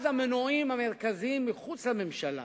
אחד המנועים המרכזיים מחוץ לממשלה,